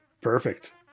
perfect